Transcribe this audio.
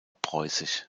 preußisch